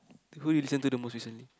who do you listen to the most recently